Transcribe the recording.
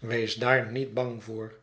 wees daar f niet bang voor